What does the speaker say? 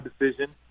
decision